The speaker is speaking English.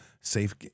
safe